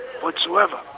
whatsoever